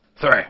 Three